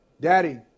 daddy